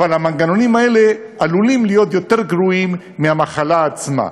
אבל המנגנונים האלה עלולים להיות יותר גרועים מהמחלה עצמה,